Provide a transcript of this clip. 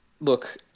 Look